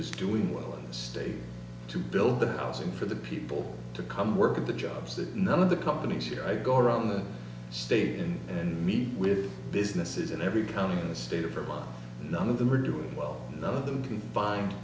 is doing well in this state to build the housing for the people to come work at the jobs that none of the companies here i go around the state in and meet with businesses in every county in the state of vermont none of them are doing well none of